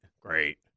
Great